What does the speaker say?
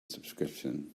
subscription